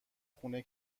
خونه